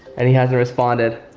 and he hasn't responded.